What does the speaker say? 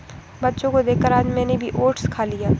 बच्चों को देखकर आज मैंने भी ओट्स खा लिया